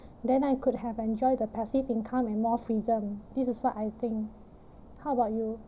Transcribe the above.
then I could have enjoy the passive income and more freedom this is what I think how about you